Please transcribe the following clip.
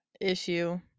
issue